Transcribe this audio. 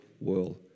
world